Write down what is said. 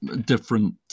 different